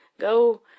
go